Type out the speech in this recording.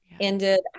ended